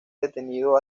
detenido